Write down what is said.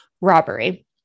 robbery